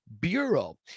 Bureau